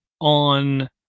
on